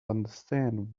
understand